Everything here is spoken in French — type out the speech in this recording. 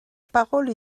parole